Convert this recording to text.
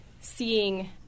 seeing